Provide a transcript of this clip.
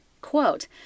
Quote